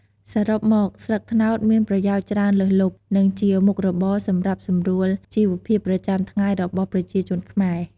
សរុបមក ស្លឹកត្នោតមានប្រយោជន៍ច្រើនលើសលប់ និងជាមុខរបរសម្រាប់សម្រួលជីវភាពប្រចាំថ្ងៃរបស់ប្រជាជនខ្មែរ។